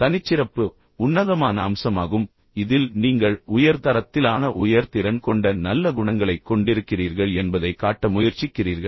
தனிச்சிறப்பு உன்னதமான அம்சமாகும் இதில் நீங்கள் உயர் தரத்திலான உயர் திறன் கொண்ட நல்ல குணங்களைக் கொண்டிருக்கிறீர்கள் என்பதைக் காட்ட முயற்சிக்கிறீர்கள்